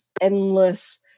endless